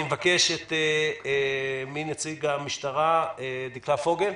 אני מבקש מנציגת המשטרה, דקלה פוגל,